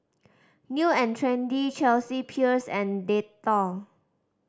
New and Trendy Chelsea Peers and Dettol